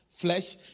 flesh